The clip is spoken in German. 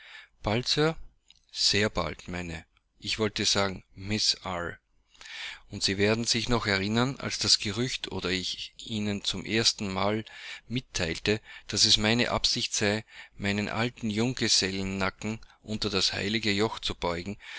bald sir sehr bald meine ich wollte sagen miß eyre und sie werden sich noch erinnern als das gerücht oder ich ihnen zum erstenmal mitteilte daß es meine absicht sei meinen alten junggesellennacken unter das heilige joch zu beugen